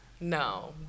No